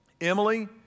Emily